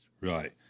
Right